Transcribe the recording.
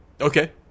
Okay